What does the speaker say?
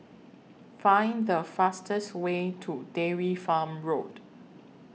Find The fastest Way to Dairy Farm Road